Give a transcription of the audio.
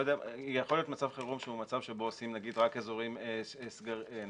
יכול להיות מצב חירום שהוא מצב שעושים סגר רק על